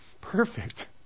perfect